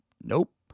nope